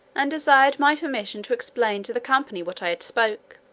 and desired my permission to explain to the company what i had spoke.